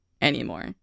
anymore